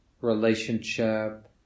relationship